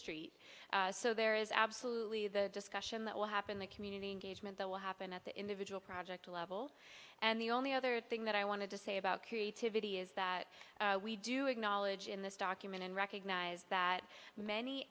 street so there is absolutely the discussion that will happen the community engagement that will happen at the individual project level and the only other thing that i wanted to say about creativity is that we do acknowledge in this document and recognize that many